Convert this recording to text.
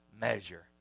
measure